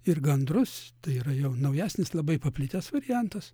ir gandrus tai yra jau naujesnis labai paplitęs variantas